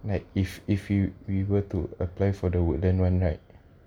like if if we were to apply for the woodlands one right